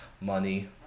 money